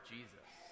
Jesus